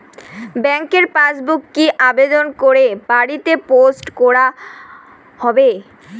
ব্যাংকের পাসবুক কি আবেদন করে বাড়িতে পোস্ট করা হবে?